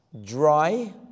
Dry